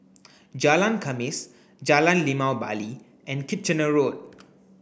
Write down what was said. Jalan Khamis Jalan Limau Bali and Kitchener Road